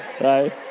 right